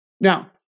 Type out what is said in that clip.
Now